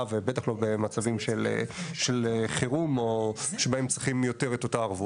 ובטח לא במצבים של חירום או שבהם צריכים יותר את אותה ערבות.